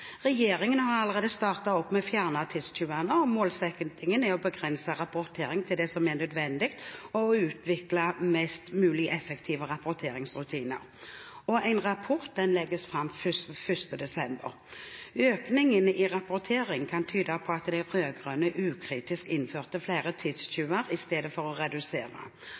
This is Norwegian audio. Regjeringen har allerede startet arbeidet med å fjerne tidstyvene, og målsettingen er å begrense rapporteringen til det som er nødvendig, og å utvikle mest mulig effektive rapporteringsrutiner. En rapport legges fram 1. desember. Økningen i rapportering kan tyde på at de rød-grønne ukritisk innførte flere tidstyver istedenfor å redusere